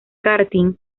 karting